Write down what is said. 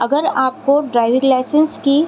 اگر آپ کو ڈرائیونگ لائسنس کی